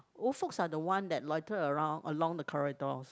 old folks are the one that loiter around along the corridors